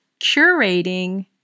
curating